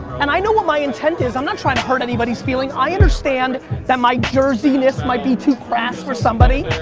and i know what my intent is, i'm not trying to hurt anybody's feelings. i understand that my jersey-ness might be too crass for somebody.